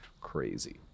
crazy